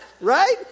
right